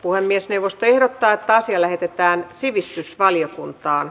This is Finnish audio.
puhemiesneuvosto ehdottaa että asia lähetetään sivistysvaliokuntaan